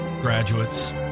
graduates